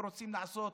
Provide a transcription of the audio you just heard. ורוצים לעשות